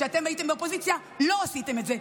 כשאתם הייתם באופוזיציה, לא עשיתם את זה.